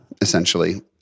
essentially